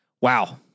Wow